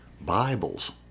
Bibles